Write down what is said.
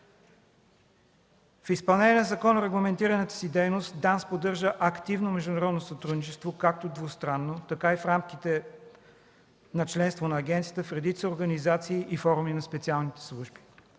В изпълнение на законорегламентираната си дейност ДАНС поддържа активно международно сътрудничество – както двустранно, така и в рамките на членство на агенцията в редица организации и форуми на специалните служби.